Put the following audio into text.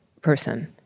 person